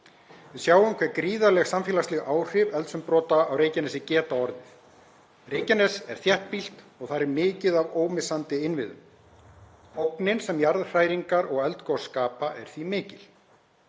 Við sjáum hve gríðarleg samfélagsleg áhrif eldsumbrota á Reykjanesi geta orðið. Reykjanes er þéttbýlt og þar er mikið af ómissandi innviðum. Ógnin sem jarðhræringar og eldgos skapa er því mikil.